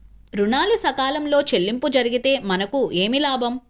ఋణాలు సకాలంలో చెల్లింపు జరిగితే మనకు ఏమి లాభం?